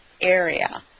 area